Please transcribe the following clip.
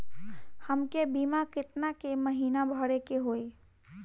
हमके बीमा केतना के महीना भरे के होई?